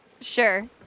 Sure